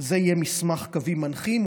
זה יהיה מסמך קווים מנחים,